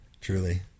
Truly